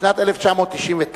בשנת 1999,